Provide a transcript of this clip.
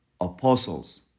apostles